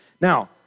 Now